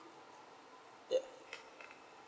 ya